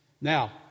Now